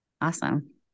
Awesome